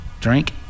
drink